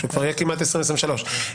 כשכבר כמעט יהיה 2024?